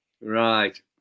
right